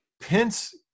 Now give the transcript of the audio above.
pence